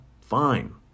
fine